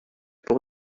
pour